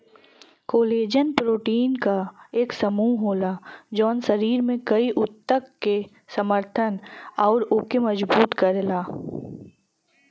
collagen protein क एक समूह होला जौन शरीर में कई ऊतक क समर्थन आउर ओके मजबूत करला